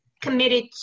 committed